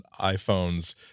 iPhones